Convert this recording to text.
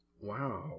Wow